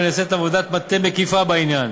ונעשית עבודת מטה מקיפה בעניין